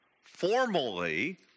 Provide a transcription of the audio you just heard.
formally